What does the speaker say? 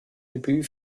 debüt